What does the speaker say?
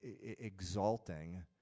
exalting